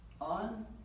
On